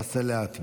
עשה לאט.